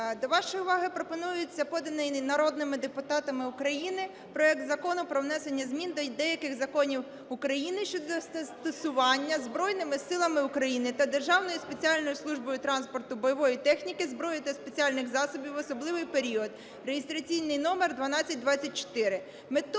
до вашої уваги пропонується, поданий народними депутатами України, проект Закону про внесення змін до деяких законів України щодо застосування Збройними Силами України та Державною спеціальною службою транспорту бойової техніки, зброї та спеціальних засобів в особливий період (реєстраційний номер 1224).